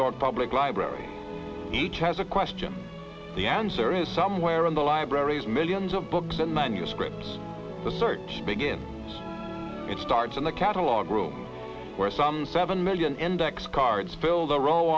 york public library each as a question the answer is somewhere in the libraries millions of books and manuscripts the search begins it starts in the catalogue room where some seven million index cards filled a row